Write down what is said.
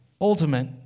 ultimate